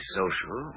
social